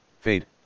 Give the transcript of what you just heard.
Fade